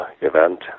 event